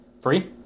Free